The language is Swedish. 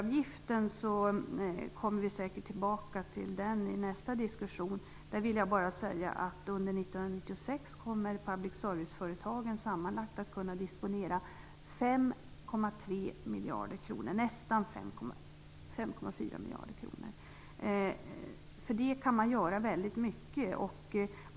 Vi kommer säkert tillbaka till TV-avgiften i nästa diskussion. Där vill jag bara säga att under 1996 kommer public service-företagen sammanlagt att kunna disponera nästan 5,4 miljarder kronor. För det kan man göra väldigt mycket.